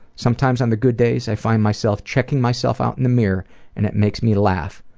sometimes on the good days i find myself checking myself out in the mirror and it makes me laugh,